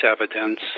evidence